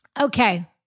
Okay